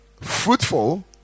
fruitful